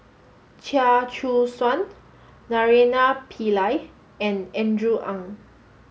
Chia Choo Suan Naraina Pillai and Andrew Ang